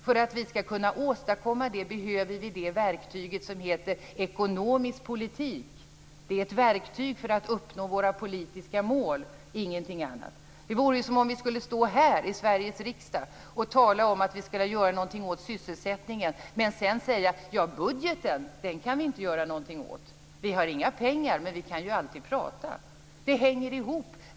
För att vi skall kunna åstadkomma det behöver vi det verktyg som heter ekonomisk politik. Det är ett verktyg för att uppnå våra politiska mål, ingenting annat. Det vore som om vi skulle stå här i Sveriges riksdag och tala om att vi skulle göra något åt sysselsättningen men sedan säga: Ja, budgeten kan vi inte göra något åt, vi har inga pengar, men vi kan ju alltid prata. Det hänger ihop.